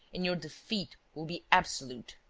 and your defeat will be absolute.